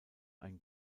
ein